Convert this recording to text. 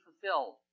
fulfilled